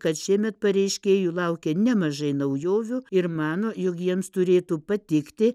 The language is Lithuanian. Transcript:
kad šiemet pareiškėjų laukia nemažai naujovių ir mano jog jiems turėtų patikti